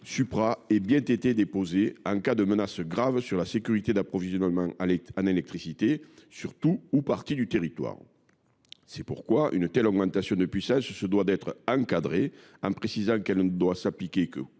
ait bien été déposé, « en cas de menace grave sur la sécurité d’approvisionnement en électricité sur tout ou partie du territoire national ». En effet, une telle augmentation de puissance se doit d’être encadrée. Il est bien précisé qu’elle ne doit s’appliquer que